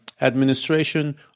administration